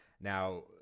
Now